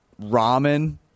ramen